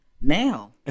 now